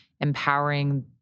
empowering